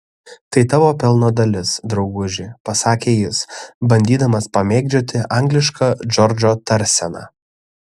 tai tavo pelno dalis drauguži pasakė jis bandydamas pamėgdžioti anglišką džordžo tarseną